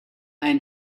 ein